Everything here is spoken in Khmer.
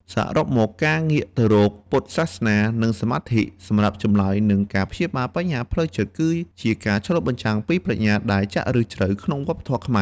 សរុបមក ការងាកទៅរកពុទ្ធសាសនា និងសមាធិ សម្រាប់ចម្លើយនិងការព្យាបាលបញ្ហាផ្លូវចិត្ត គឺជាការឆ្លុះបញ្ចាំងពីប្រាជ្ញាដែលចាក់ឫសជ្រៅក្នុងវប្បធម៌ខ្មែរ។